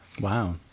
Wow